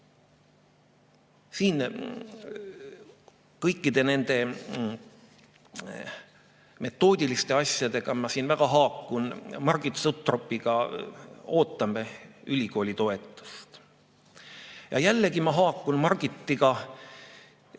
Kõikide nende metoodiliste asjadega ma siin väga haakun. Koos Margit Sutropiga ootame ülikooli toetust. Jällegi ma haakun Margitiga: